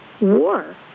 war